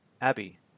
Abby